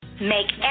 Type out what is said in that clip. Make